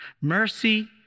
Mercy